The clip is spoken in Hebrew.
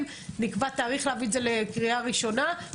נקבע תאריך להביא את זה לקריאה ראשונה,